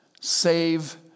save